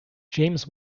james